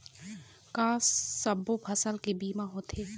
का सब्बो फसल के बीमा होथे?